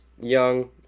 young